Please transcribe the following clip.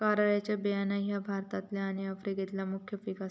कारळ्याचे बियाणा ह्या भारतातला आणि आफ्रिकेतला मुख्य पिक आसा